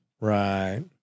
Right